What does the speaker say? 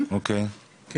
אבל,